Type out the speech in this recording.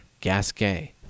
Gasquet